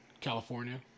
California